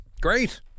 Great